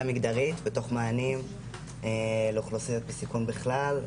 מגדרית בתוך מענים לאוכלוסיות בסיכון בכלל,